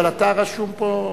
אבל אתה רשום פה.